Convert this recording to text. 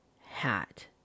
hat